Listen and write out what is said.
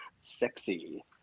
Sexy